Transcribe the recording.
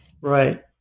Right